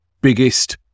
biggest